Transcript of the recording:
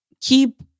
keep